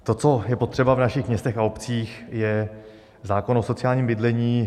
To, co je potřeba v našich městech a obcích, je zákon o sociálním bydlení.